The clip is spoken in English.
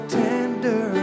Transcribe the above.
tender